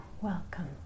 welcome